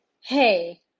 Hey